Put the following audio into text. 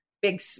big